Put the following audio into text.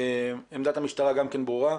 עמדת המשטרה גם כן ברורה.